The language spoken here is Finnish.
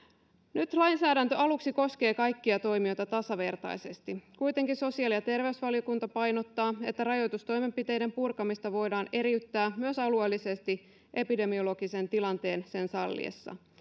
nyt lainsäädäntö aluksi koskee kaikkia toimijoita tasavertaisesti kuitenkin sosiaali ja terveysvaliokunta painottaa että rajoitustoimenpiteiden purkamista voidaan eriyttää myös alueellisesti epidemiologisen tilanteen sen salliessa